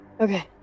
Okay